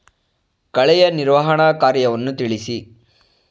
ಕಳೆಯ ನಿರ್ವಹಣಾ ಕಾರ್ಯವನ್ನು ತಿಳಿಸಿ?